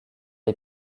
est